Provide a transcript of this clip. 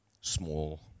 small